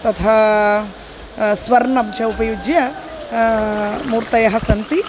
तथा स्वर्णं च उपयुज्य मूर्तयः सन्ति